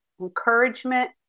encouragement